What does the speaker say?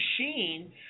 machine